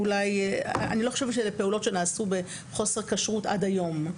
אני לא חושבת שאילו פעולות שנעשו בחוסר כשרות עד היום,